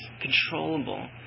controllable